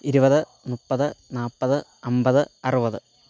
ഇരുപത് മുപ്പത് നാൽപ്പത് അമ്പത് അറുപത്